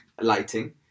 lighting